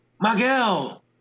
Miguel